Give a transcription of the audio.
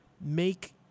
make